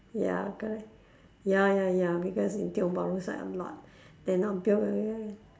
ya cause ya ya ya because in tiong-bahru side a lot they not